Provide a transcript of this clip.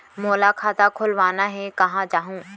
मोला खाता खोलवाना हे, कहाँ जाहूँ?